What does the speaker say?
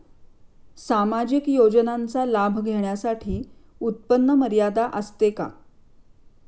सामाजिक योजनांचा लाभ घेण्यासाठी उत्पन्न मर्यादा असते का?